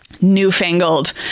newfangled